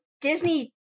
Disney